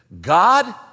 God